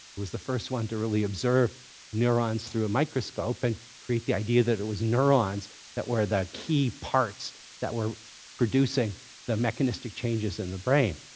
who was the first one to really observe neurons through a microscope and create the idea that it was neurons that were the key parts that were producing the mechanistic changes in the brain.